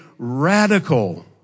radical